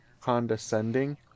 condescending